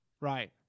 Right